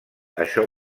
això